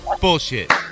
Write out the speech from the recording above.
Bullshit